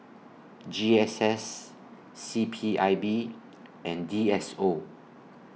G S S C P I B and D S O